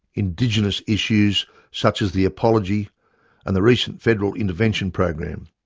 indigenous issues such as the apology and the recent federal intervention program,